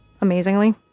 amazingly